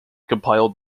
compiled